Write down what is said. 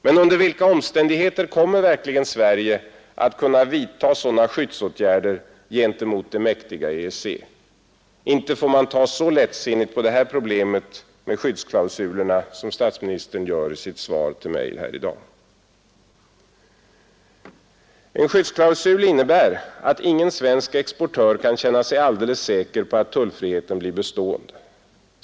Men under vilka omständigheter kommer verkligen Sverige att kunna vidtaga sådana skyddsåtgärder gentemot det mäktiga EEC? Inte får man ta så lättsinnigt på det här problemet med skyddsklausulerna som statsministern gör i sitt svar till mig. En skyddsklausul innebär att ingen svensk exportör kan känna sig alldeles säker på att tullfriheten blir bestående.